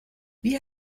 wie